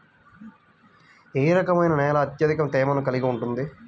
ఏ రకమైన నేల అత్యధిక తేమను కలిగి ఉంటుంది?